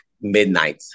midnight